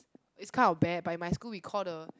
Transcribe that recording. is kind of bad but in my school we call the